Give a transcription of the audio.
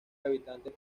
habitantes